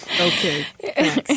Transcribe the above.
Okay